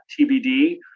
TBD